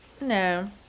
No